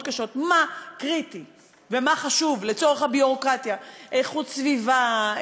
קשות מה קריטי ומה חשוב לצורך הביורוקרטיה: איכות סביבה,